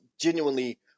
genuinely